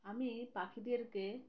আমি পাখিদেরকে